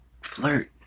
flirt